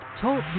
Talk